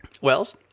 Wells